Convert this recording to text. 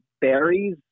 berries